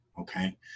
Okay